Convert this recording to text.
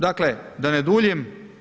Dakle da ne duljim.